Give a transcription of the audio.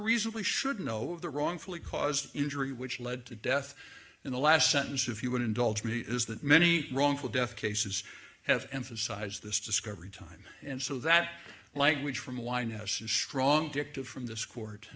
reasonably should know the wrongfully caused injury which led to death in the last sentence if you would indulge me is that many wrongful death cases have emphasized this discovery time and so that language from winehouse is strong dicta from this court